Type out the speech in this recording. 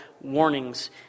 warnings